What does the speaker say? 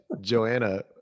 Joanna